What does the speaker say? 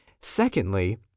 Secondly